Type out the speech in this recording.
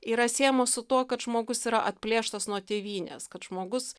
yra siejamos su tuo kad žmogus yra atplėštas nuo tėvynės kad žmogus